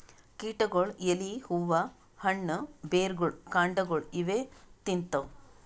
ಕೀಟಗೊಳ್ ಎಲಿ ಹೂವಾ ಹಣ್ಣ್ ಬೆರ್ಗೊಳ್ ಕಾಂಡಾಗೊಳ್ ಇವೇ ತಿಂತವ್